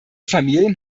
familien